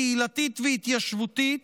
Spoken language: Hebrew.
קהילתית והתיישבותית,